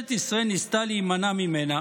ממשלת ישראל ניסתה להימנע ממנה